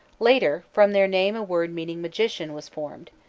later from their name a word meaning magician was formed,